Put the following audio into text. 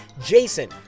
Jason